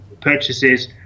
purchases